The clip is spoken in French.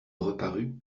reparut